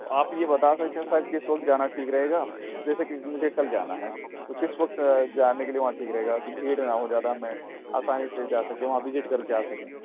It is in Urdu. تو آپ یہ بتا سکتے ہیں سر کس وقت جانا ٹھیک رہے گا جیسے کہ مجھے کل جانا ہے تو کس وقت جانے کے لیے وہاں ٹھیک رہے گا کہ بھیڑ نہ ہو زیادہ میں آسانی سے جا سکیں وہاں وزٹ کر کے آ سکیں